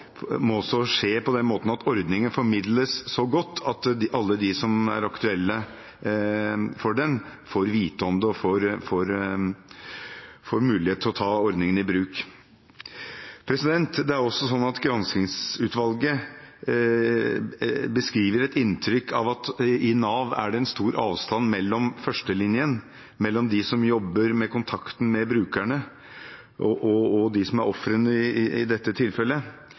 må også skje på den måten at ordningen formidles så godt at alle de som er aktuelle for den, får vite om det og får mulighet til å ta ordningen i bruk. Granskingsutvalget beskriver et inntrykk av at det i Nav er stor avstand mellom førstelinjen, de som jobber med kontakten med brukerne, og de som er ofrene i dette tilfellet,